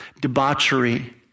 debauchery